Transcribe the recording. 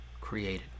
created